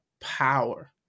power